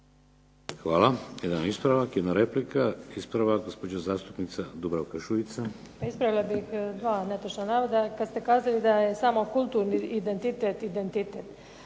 Hvala. Jedan ispravak, jedna replika. Ispravak gospođa zastupnica Dubravka Šuica. **Šuica, Dubravka (HDZ)** Pa ispravila bih dva netočna navoda. Kad ste kazali da je samo kulturni identitet identitet.